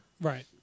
Right